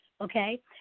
okay